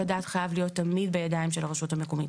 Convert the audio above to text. הדעת חייב להיות תמיד בידיים של הרשות המקומית,